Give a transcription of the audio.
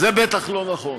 זה בטח לא נכון